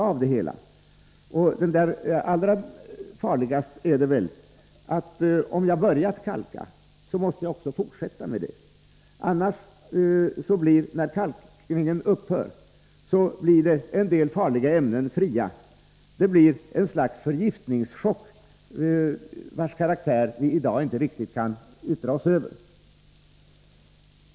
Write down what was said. Allra farligast är väl att om man börjat kalka måste man fortsätta därmed. Annars blir en del farliga ämnen fria, när kalkningen upphör. Det blir ett slags förgiftningschock, vars karaktär vi i dag inte riktigt kan yttra oss över.